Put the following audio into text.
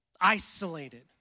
isolated